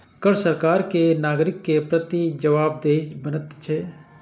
कर सरकार कें नागरिक के प्रति जवाबदेह बनबैत छै